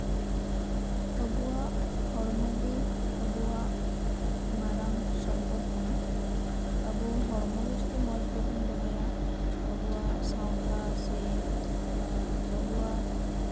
ᱟᱵᱚᱣᱟᱜ ᱦᱚᱲᱢᱚ ᱜᱮ ᱟᱵᱚᱣᱟᱜ ᱢᱟᱨᱟᱝ ᱥᱚᱢᱯᱚᱫ ᱠᱟᱱᱟ ᱟᱵᱚ ᱦᱚᱲᱢᱚᱜᱮ ᱡᱚᱫᱤ ᱢᱚᱸᱡ ᱵᱟᱵᱚ ᱫᱚᱦᱚᱭᱟ ᱟᱵᱚᱣᱟᱜ ᱥᱟᱶᱛᱟ ᱥᱮ ᱟᱵᱚᱣᱟᱜ